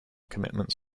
commitments